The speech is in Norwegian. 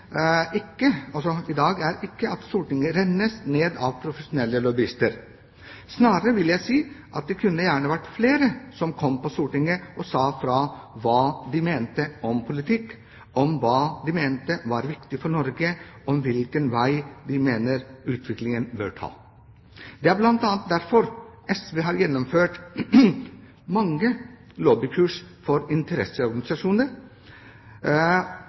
i dag at Stortinget rennes ned av profesjonelle lobbyister. Snarere vil jeg si at det kunne gjerne vært flere som kom til Stortinget og sa ifra hva de mente om politikk, hva de mente var viktig for Norge, hvilken vei de mener utviklingen bør ta. Det er bl.a. derfor SV har gjennomført mange lobbykurs for